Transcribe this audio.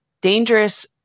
dangerous